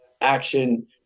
action